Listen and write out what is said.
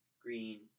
green